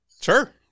Sure